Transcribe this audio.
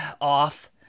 off